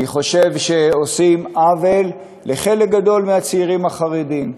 אני חושב שעושים עוול לחלק גדול מהצעירים החרדים.